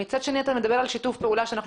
ומצד שני אתה מדבר על שיתוף פעולה שאנחנו